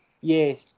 yes